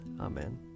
Amen